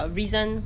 reason